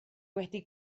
wedi